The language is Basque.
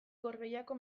gorbeiako